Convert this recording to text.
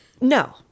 no